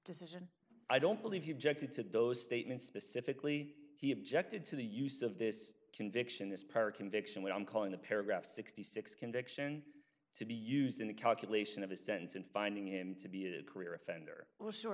this i don't believe you gently took those statements specifically he objected to the use of this conviction this pair of conviction what i'm calling a paragraph sixty six conviction to be used in the calculation of a sentence and finding him to be a career offender well sure